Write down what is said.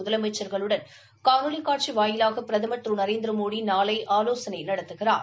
முதலமைச்சா்களுடன் காணொலி காட்சி வாயிலாக பிரதமர் திரு நரேந்திரமோடி நாளை ஆலோசனை நடத்துகிறார்